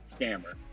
scammer